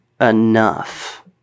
enough